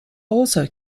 also